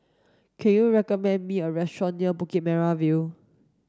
can you recommend me a restaurant near Bukit Merah View